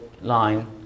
line